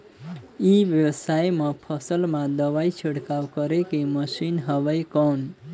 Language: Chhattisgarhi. ई व्यवसाय म फसल मा दवाई छिड़काव करे के मशीन हवय कौन?